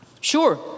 sure